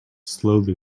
slowly